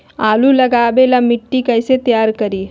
आलु लगावे ला मिट्टी कैसे तैयार करी?